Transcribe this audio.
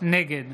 נגד